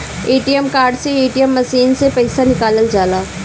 ATM card से ATM machine से पईसा निकालल जाला